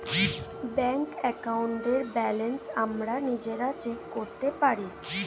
bank অ্যাকাউন্টের balance আমরা নিজেরা চেক করতে পারি